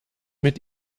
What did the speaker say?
mit